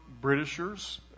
Britishers